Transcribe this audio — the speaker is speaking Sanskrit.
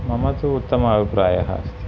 मम तु उत्तमः अभिप्रायः अस्ति